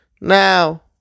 Now